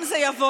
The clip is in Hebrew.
אם זה יבוא,